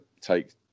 take